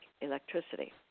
electricity